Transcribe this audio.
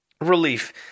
relief